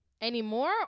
anymore